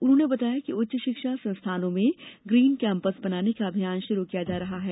उन्होंने बताया कि उच्च शिक्षा संस्थानों में ग्रीन कैम्पस बनाने का अभियान शुरू किया जा रहा है